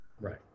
Right